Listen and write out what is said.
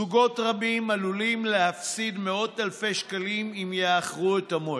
זוגות רבים עלולים להפסיד מאות אלפי שקלים אם יאחרו את המועד.